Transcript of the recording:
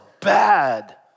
bad